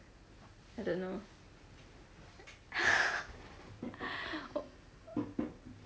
I don't know